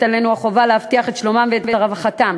עלינו החובה להבטיח את שלומם ואת רווחתם.